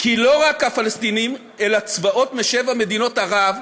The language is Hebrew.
כי לא רק הפלסטינים, אלא צבאות משבע מדינות ערב,